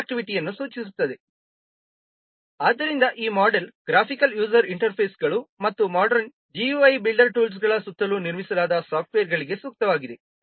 ಆದ್ದರಿಂದ ಈ model graphical user ಇಂಟರ್ಫೇಸ್ಗಳು ಮತ್ತು ಮಾಡ್ರನ್ GUI ಬಿಲ್ಡರ್ ಟೂಲ್ಸ್ಗಳ ಸುತ್ತಲೂ ನಿರ್ಮಿಸಲಾದ ಸಾಫ್ಟ್ವೇರ್ಗಳಿಗೆ ಸೂಕ್ತವಾಗಿದೆ